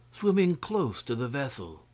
swimming close to the vessel.